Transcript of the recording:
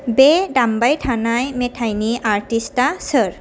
बे दामबाय थानाय मेथायनि आर्टिस्टआ सोर